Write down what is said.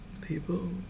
people